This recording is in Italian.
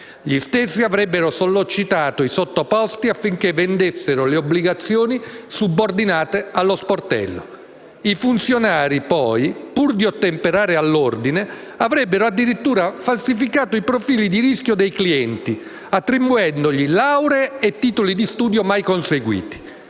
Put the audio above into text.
dirigenti avrebbero sollecitato i sottoposti affinché vendessero le obbligazioni subordinate allo sportello. I funzionari, poi, pur di ottemperare all'ordine, avrebbero addirittura falsificato i profili di rischio dei clienti, attribuendo loro lauree e titoli di studio mai conseguiti.